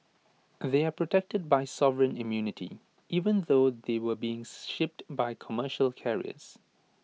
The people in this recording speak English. they are protected by sovereign immunity even though they were being shipped by commercial carriers